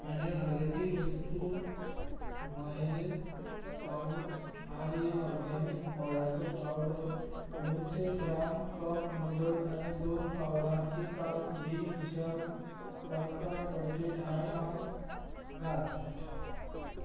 म्हज्या खरेदी वस्तू वळेरेंत पावच आर्य ऑर्गेनीक गोडाचो पावडर दोनशीं ग्राम कप नुडल्स आनी दोन पावलांची कास बी Vishal polka dotted eye mask घाल